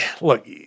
Look